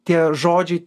tie žodžiai